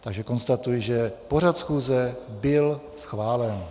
Takže konstatuji, že pořad schůze byl schválen.